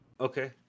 Okay